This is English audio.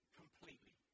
completely